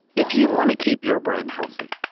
if you want to keep your brain healthy,